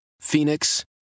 Phoenix